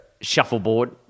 Shuffleboard